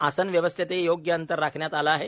आसन व्यवस्थेतही योग्य अंतर राखण्यात आलं आहे